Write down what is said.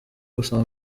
gusoma